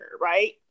right